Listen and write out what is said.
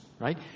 right